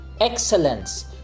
excellence